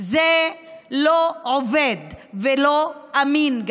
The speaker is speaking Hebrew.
זה לא עובד ולא אמין.